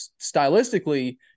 Stylistically